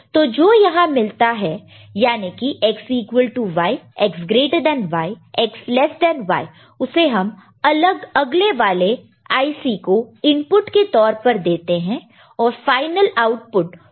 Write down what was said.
तो जो यहां मिलता है यानी कि X equal to Y X greater than Y X less than Y उसे हम अगले वाले IC को इनपुट के तौर पर देते हैं और फाइनल आउटपुट को यहां से लेंगे